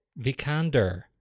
Vikander